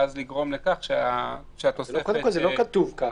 זה לא כתוב כך.